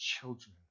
children